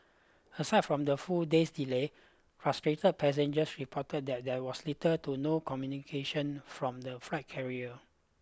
aside from the full day's delay frustrated passengers reported that there was little to no communication from the flight carrier